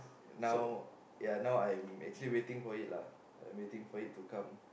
now ya now I'm actually waiting for it lah I'm actually waiting for it to come